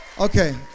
Okay